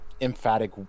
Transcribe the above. emphatic